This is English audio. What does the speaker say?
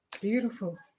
Beautiful